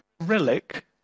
relic